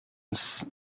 san